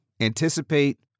anticipate